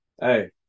Hey